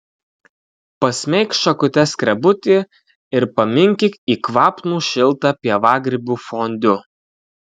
pasmeik šakute skrebutį ir paminkyk į kvapnų šiltą pievagrybių fondiu